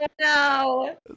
no